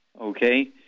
okay